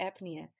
apnea